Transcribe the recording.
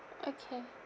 okay